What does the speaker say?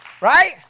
right